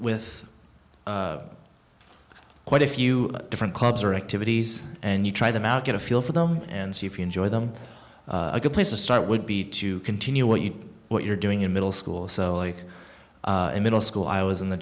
th quite a few different clubs or activities and you try them out get a feel for them and see if you enjoy them a good place to start would be to continue what you what you're doing in middle school in middle school i was in the